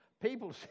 people